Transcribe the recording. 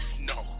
No